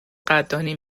قدردانی